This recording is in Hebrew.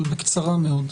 אבל בקצרה מאוד.